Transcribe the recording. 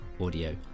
audio